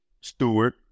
Stewart